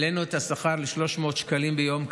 העלינו את השכר ל-300 שקלים ביום,